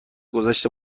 گذشت